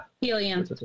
helium